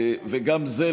וגם זה,